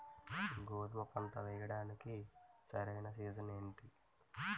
గోధుమపంట వేయడానికి సరైన సీజన్ ఏంటి?